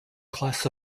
class